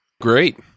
Great